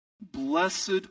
Blessed